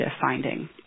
finding